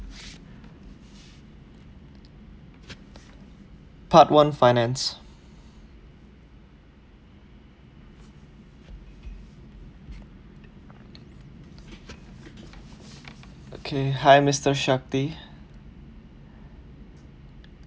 part one finance okay hi mister shati